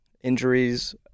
Injuries